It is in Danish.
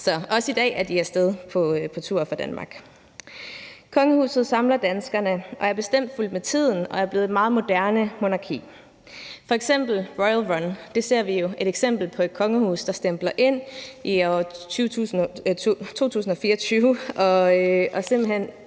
Så også i dag er de af sted på tur for Danmark. Kongehuset samler danskerne og er bestemt fulgt med tiden og blevet et meget moderne monarki. Der er f.eks. Royal Run. Der ser vi jo et eksempel på et kongehus, der stempler ind i år 2024 og simpelt hen